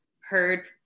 heard